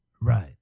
Right